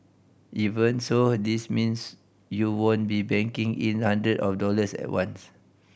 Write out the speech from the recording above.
even so this means you won't be banking in hundred of dollars at once